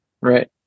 Right